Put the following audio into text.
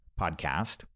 podcast